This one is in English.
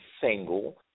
single